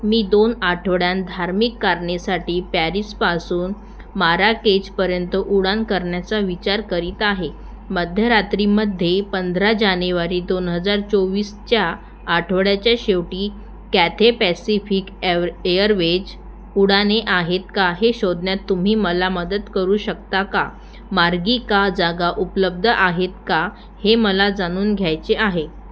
मी दोन आठवड्यांत धार्मिक कारणेसाठी पॅरिसपासून माराकेजपर्यंत उड्डाण करण्याचा विचार करीत आहे मध्यरात्रीमध्ये पंधरा जानेवारी दोन हजार चोवीसच्या आठवड्याच्या शेवटी कॅथे पॅसिफिक एव एअरवेज उड्डाणे आहेत का हे शोधण्यात तुम्ही मला मदत करू शकता का मार्गिका जागा उपलब्ध आहेत का हे मला जाणून घ्यायचे आहे